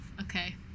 Okay